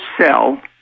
sell